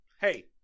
hey